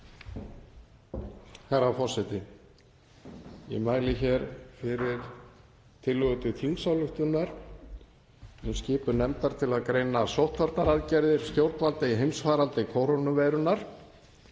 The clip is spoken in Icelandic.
Herra forseti. Ég mæli hér fyrir tillögu til þingsályktunar um skipun nefndar til að greina sóttvarnaaðgerðir stjórnvalda í heimsfaraldri kórónuveirunnar